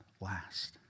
last